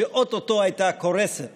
שאו-טו-טו הייתה קורסת